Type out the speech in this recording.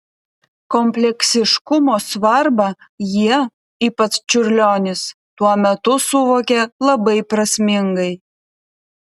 kompleksiškumo svarbą jie ypač čiurlionis tuo metu suvokė labai prasmingai